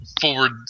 forward